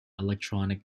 electronic